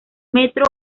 metro